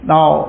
Now